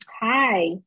Hi